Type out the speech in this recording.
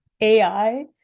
AI